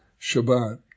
Shabbat